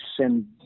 send